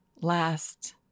last